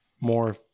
more